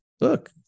look